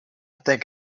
think